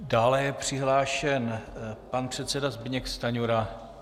Dále je přihlášen pan předseda Zbyněk Stanjura.